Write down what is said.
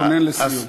תתכונן לסיום.